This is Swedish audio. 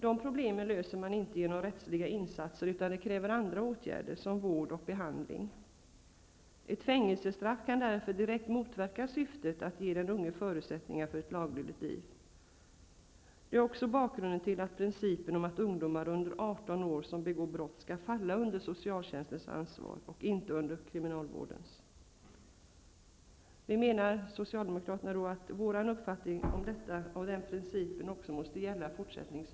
De problemen löses inte med hjälp av rättsliga insatser utan kräver andra åtgärder, som vård och behandling. Ett fängelsestraff kan därför direkt motverka syftet att ge den unge förutsättningar för ett laglydigt liv. Det är också bakgrunden till principen att ungdomar under 18 år som begår brott skall falla under socialtjänstens ansvar -- inte under kriminalvårdens. Vi socialdemokrater menar att den principen också måste gälla i fortsättningen.